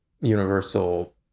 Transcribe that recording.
universal